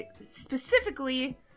specifically